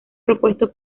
propuesto